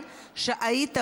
בטעות